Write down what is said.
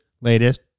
latest